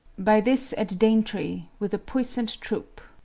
by this at daintry, with a puissant troope.